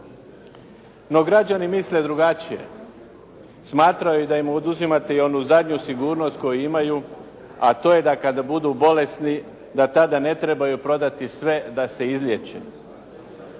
No građani misle drugačije, smatraju da im oduzimate i onu zadnju sigurnost koju imaju, a to je da kada budu bolesni da tada ne trebaju prodati sve da se izliječe